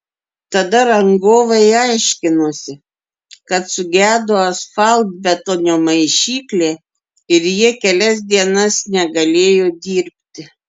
tada rangovai aiškinosi kad sugedo asfaltbetonio maišyklė ir jie kelias dienas negalėjo dirbti